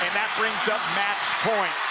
that brings up match point.